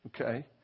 Okay